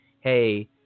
Hey